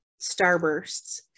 Starbursts